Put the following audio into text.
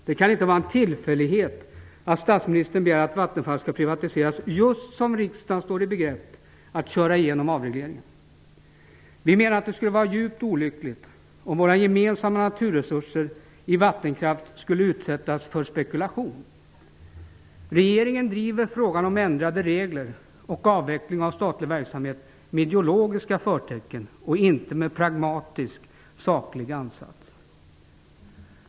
Det kan inte vara en tillfällighet att statsministern begär att Vattenfall skall privatiseras just som riksdagen står i begrepp att driva igenom avregleringen. Vi menar att det skulle vara djupt olyckligt om våra gemensamma naturresurser i vattenkraft skulle utsättas för spekulation. Regeringen driver frågan om ändrade regler och avveckling av statlig verksamhet med ideologiska förtecken och inte med pragmatisk saklig ansats.